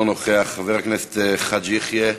אינו נוכח, חבר הכנסת חאג' יחיא,